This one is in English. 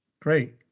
Great